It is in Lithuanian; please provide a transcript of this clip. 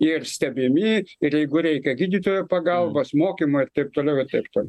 ir stebimi ir jeigu reikia gydytojo pagalbos mokymo ir taip toliau ir taip toliau